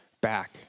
back